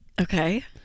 Okay